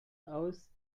aus